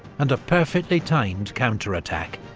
and a perfectly timed counterattack.